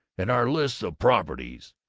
and our lists of properties,